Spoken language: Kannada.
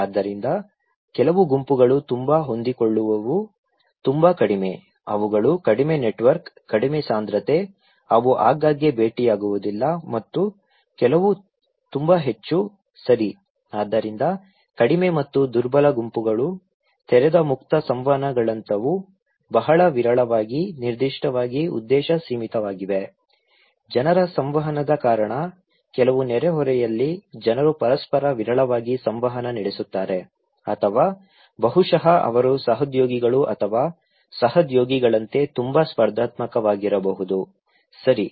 ಆದ್ದರಿಂದ ಕೆಲವು ಗುಂಪುಗಳು ತುಂಬಾ ಹೊಂದಿಕೊಳ್ಳುವವು ತುಂಬಾ ಕಡಿಮೆ ಅವುಗಳು ಕಡಿಮೆ ನೆಟ್ವರ್ಕ್ ಕಡಿಮೆ ಸಾಂದ್ರತೆ ಅವು ಆಗಾಗ್ಗೆ ಭೇಟಿಯಾಗುವುದಿಲ್ಲ ಮತ್ತು ಕೆಲವು ತುಂಬಾ ಹೆಚ್ಚು ಸರಿ ಆದ್ದರಿಂದ ಕಡಿಮೆ ಮತ್ತು ದುರ್ಬಲ ಗುಂಪುಗಳು ತೆರೆದ ಮುಕ್ತ ಸಂವಹನಗಳಂತಹವು ಬಹಳ ವಿರಳವಾಗಿ ನಿರ್ದಿಷ್ಟವಾಗಿ ಉದ್ದೇಶ ಸೀಮಿತವಾಗಿವೆ ಜನರ ಸಂವಹನದ ಕಾರಣ ಕೆಲವು ನೆರೆಹೊರೆಯಲ್ಲಿ ಜನರು ಪರಸ್ಪರ ವಿರಳವಾಗಿ ಸಂವಹನ ನಡೆಸುತ್ತಾರೆ ಅಥವಾ ಬಹುಶಃ ಅವರು ಸಹೋದ್ಯೋಗಿಗಳು ಅಥವಾ ಸಹೋದ್ಯೋಗಿಗಳಂತೆ ತುಂಬಾ ಸ್ಪರ್ಧಾತ್ಮಕವಾಗಿರಬಹುದು ಸರಿ